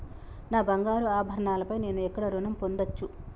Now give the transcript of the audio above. నా బంగారు ఆభరణాలపై నేను ఎక్కడ రుణం పొందచ్చు?